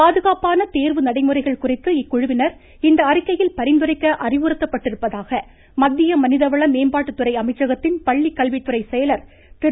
பாதுகாப்பான தேர்வு நடைமுறைகள் குறித்து இக்குழுவினர் இந்த அறிக்கையில் பரிந்துரைக்க அறிவுறுத்தப்பட்டிருப்பதாக மத்திய மனிதவள மேம்பாட்டு அமைச்சகத்தின் பள்ளி கல்வித்துறை செயலர் திரு